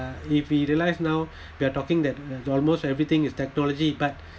uh if you realize now we're talking that almost everything is technology but